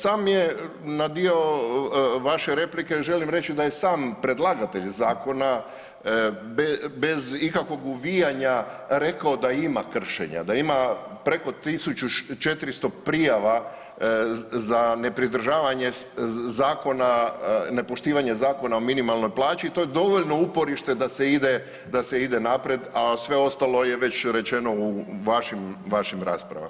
Sam je na dio vaše replike, želim reći da je sam predlagatelj zakona bez ikakvog uvijanja rekao da ima kršenja, da ima preko 1400 prijava za nepridržavanje zakona, nepoštivanja Zakona o minimalnoj plaći i to je dovoljno uporište da se ide naprijed a sve ostalo je već rečeno u vašim raspravama.